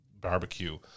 Barbecue